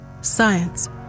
science